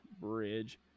Bridge